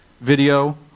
video